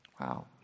Wow